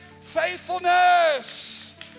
faithfulness